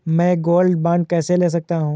मैं gold bond कैसे ले सकता हूँ?